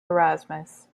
erasmus